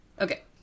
Okay